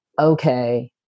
okay